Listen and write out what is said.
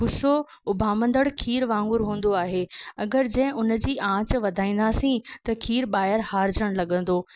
गुस्सो उभामंदड़ खीरु वांगुर हूंदो आहे अगरि जंहिं उन जी आंच वधाईंदासीं त खीर ॿाहिरि हारजणु लॻंदो